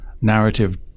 narrative